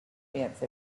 fence